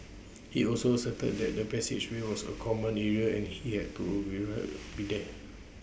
he also asserted that the passageway was A common area and he had be there